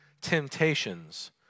temptations